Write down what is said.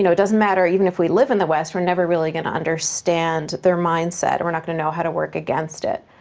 doesn't matter even if we live in the west, we're never really gonna understand their mindset. we're not gonna know how to work against it.